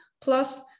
plus